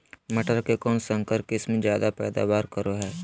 मटर के कौन संकर किस्म जायदा पैदावार करो है?